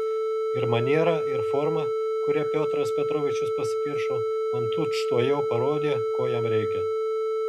ir maniera ir forma kuria piotras petrovičius pasipiršo man tučtuojau parodė ko jam reikia